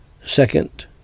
Second